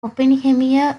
oppenheimer